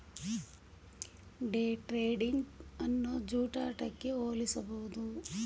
day trading ಅನ್ನು ಜೂಜಾಟಕ್ಕೆ ಹೋಲಿಸಬಹುದು